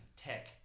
tech